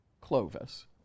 Clovis